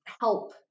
help